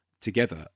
together